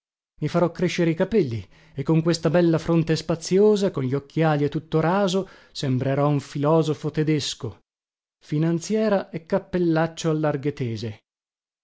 i farò crescere i capelli e con questa bella fronte spaziosa con gli occhiali e tutto raso sembrerò un filosofo tedesco finanziera e cappellaccio a larghe tese